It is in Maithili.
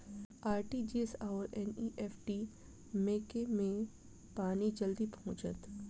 आर.टी.जी.एस आओर एन.ई.एफ.टी मे केँ मे पानि जल्दी पहुँचत